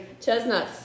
chestnuts